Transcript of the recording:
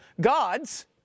gods